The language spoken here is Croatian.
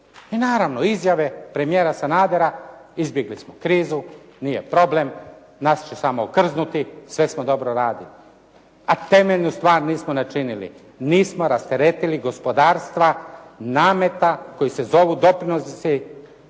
I naravno izjave premijera Sanadera, izbjegli smo krizu, nije problem, nas će samo okrznuti, sve smo dobro radili. A temeljnu stvar nismo načinili, nismo rasteretili gospodarstva nameta koji se zove doprinosi